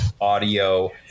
audio